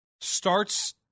starts